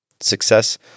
Success